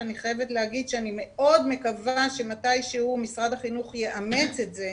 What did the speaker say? ואני חייבת להגיד שאני מאוד מקווה שמתישהו משרד החינוך יאמץ את זה,